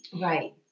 right